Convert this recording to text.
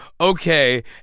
okay